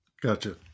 gotcha